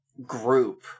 group